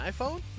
iPhone